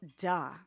duh